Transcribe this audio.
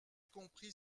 compris